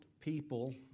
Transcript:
people